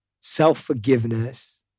self-forgiveness